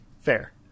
fair